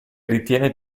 ritiene